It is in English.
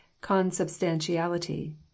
consubstantiality